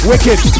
Wicked